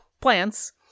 plants